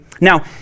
Now